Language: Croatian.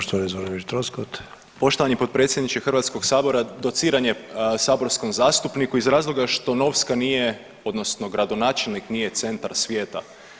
Poštovani potpredsjedniče Hrvatskog sabora, dociranje saborskom zastupniku iz razloga što Novska nije odnosno gradonačelnik nije centar svijeta.